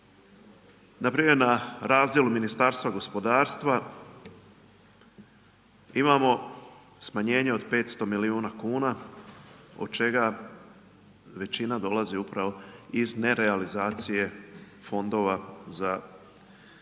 npr. na razdjelu Ministarstva gospodarstva imamo smanjenje od 500 milijuna kuna od čega većina dolazi upravo iz nerealizacije fondova za koji